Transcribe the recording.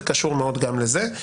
זה קשור מאוד גם לזה,